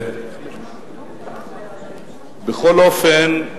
בכל אופן,